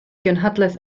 gynhadledd